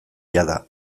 jada